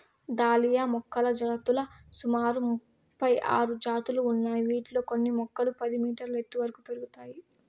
dahlia మొక్కల జాతులు సుమారు ముపై ఆరు జాతులు ఉన్నాయి, వీటిలో కొన్ని మొక్కలు పది మీటర్ల ఎత్తు వరకు పెరుగుతాయి